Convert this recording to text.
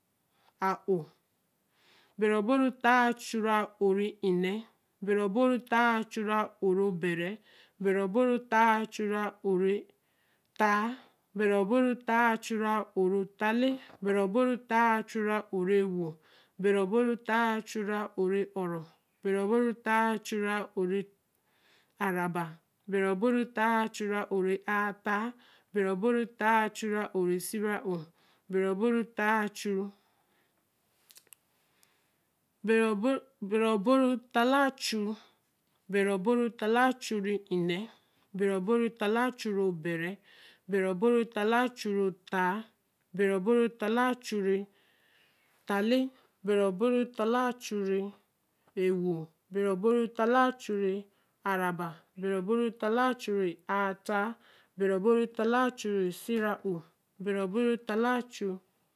bere obo ree haa achu re ō re nee bere obo ree haa a-chuu re ō re bare bere obo ree haa a-chuu re ō re haa lee bere obo ree haa a-chuu re ō re e-wo bere obo ree haa a-chuu re ō re o-ro bere obo ree haa a-chuu re ō re aa ra ba bere obo ree haa a-chuu re ō re aa haa bere obo ree haa a-chuu re ō re sie ra ō bere obo ree haa a-chuu bere obo ree haa lee a-chuu bere obo ree haa lee a-chuu re nee bere obo ree haa lee a-chuu re bere bere obo ree haa lee a-chuu re haa bere obo ree haa lee a-chuu re rehaa lee bere obo ree haa lee a-chuu re e-wo bere obo ree haa lee a-chuu re aa raba bere obo ree haa lee a-chuu re aa haa bere obo ree haa lee a-chuu re siera ō bere obo ree haa lee a-chuu